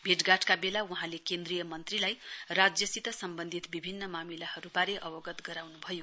भेटघाटको बेला वहाँले केन्द्रीय मन्त्रीलाई राज्यसित सम्बन्धित विभिन्न मामिलाहरूबारे अवगत गराउन् भयो